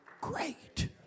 great